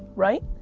right?